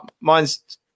Mine's